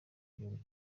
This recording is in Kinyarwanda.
gihugu